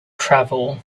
travel